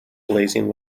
blazing